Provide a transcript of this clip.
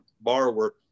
borrower